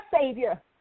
savior